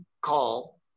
call